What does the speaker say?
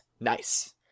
Nice